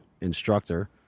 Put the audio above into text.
instructor